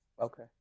Okay